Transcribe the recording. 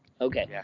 okay